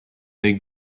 œil